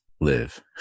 live